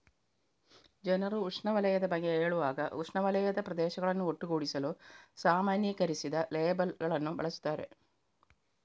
ಜನರು ಉಷ್ಣವಲಯದ ಬಗ್ಗೆ ಹೇಳುವಾಗ ಉಷ್ಣವಲಯದ ಪ್ರದೇಶಗಳನ್ನು ಒಟ್ಟುಗೂಡಿಸಲು ಸಾಮಾನ್ಯೀಕರಿಸಿದ ಲೇಬಲ್ ಗಳನ್ನು ಬಳಸುತ್ತಾರೆ